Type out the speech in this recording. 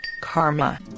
karma